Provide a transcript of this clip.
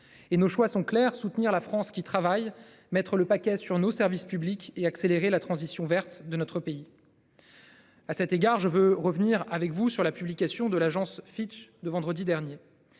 et nos choix sont clairs, soutenir la France qui travaille, mettre le paquet sur nos services publics et accélérer la transition verte de notre pays. À cet égard je veux revenir avec vous sur la publication de l'agence Fitch de vendredi dernier.